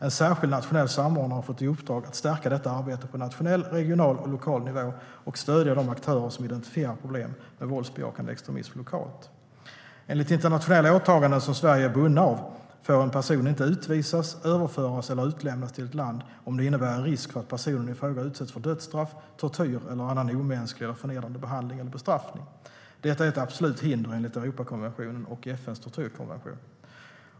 En särskild nationell samordnare har fått i uppdrag att stärka detta arbete på nationell, regional och lokal nivå och stödja de aktörer som identifierar problem med våldsbejakande extremism lokalt. Enligt internationella åtaganden som Sverige är bundet av får en person inte utvisas, överföras eller utlämnas till ett land om det innebär en risk för att personen i fråga utsätts för dödsstraff, tortyr eller annan omänsklig eller förnedrande behandling eller bestraffning. Detta är ett absolut hinder enligt Europakonventionen och FN:s tortyrkonvention.